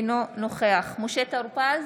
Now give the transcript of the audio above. אינו נוכח משה טור פז,